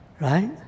Right